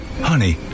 Honey